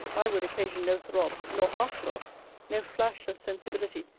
i would occasion no throb nor half-throb no flash of sensibility,